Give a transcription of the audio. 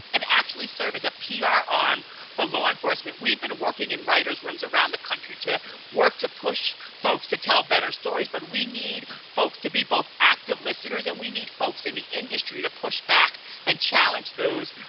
and actually serve as ah a ah pr arm for law enforcement. we've been working in writers rooms around the country to work to push folks to tell better stories, but we need folks to be both active listeners, and we need folks in the industry to push back and challenge those,